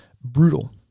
brutal